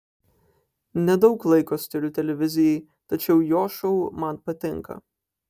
nedaug laiko skiriu televizijai tačiau jo šou man patinka